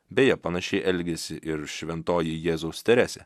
beje panašiai elgėsi ir šventoji jėzaus teresė